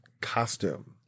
costume